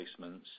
placements